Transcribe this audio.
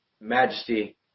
majesty